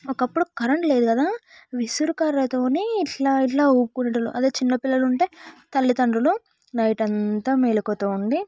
ఒకప్పుడు కరెంట్ లేదు కదా విసన కర్రతో ఇట్లా ఇట్లా ఊప్పుకునే వాళ్ళు అదే చిన్న పిల్లలు ఉంటే తల్లిదండ్రులు నైట్ అంతా మెలకువతో ఉండి